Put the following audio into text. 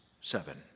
seven